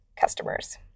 customers